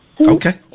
Okay